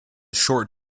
short